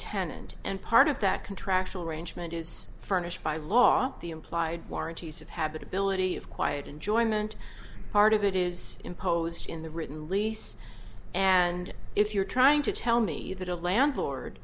tenant and part of that contractual arrangement is furnished by law the implied warrantees of habitability of quiet enjoyment part of it is imposed in the written lease and if you're trying to tell me that a landlord